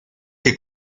que